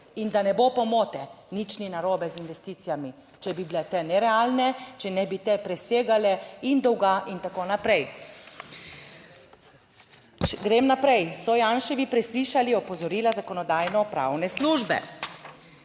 In da ne bo pomote, nič ni narobe z investicijami, če bi bile te nerealne, če ne bi te presegale in dolga in tako naprej. Če grem naprej, so Janševi preslišali opozorila Zakonodajno-pravne službe.